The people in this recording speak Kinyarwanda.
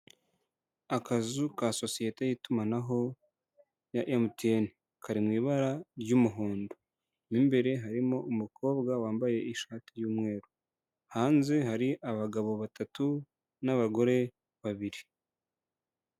Akazu ka sosiyete y'itumanaho ya MTN kari mu ibara ry'umuhondo, mu imbere harimo umukobwa wambaye ishati y'umweru, hanze hari abagabo batatu n'abagore babiri.